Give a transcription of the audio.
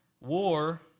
War